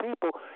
people